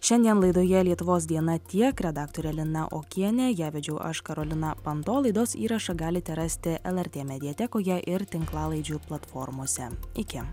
šiandien laidoje lietuvos diena tiek redaktorė lina okienė ją vedžiau aš karolina panto laidos įrašą galite rasti lrt mediatekoje ir tinklalaidžių platformose iki